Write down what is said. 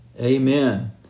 Amen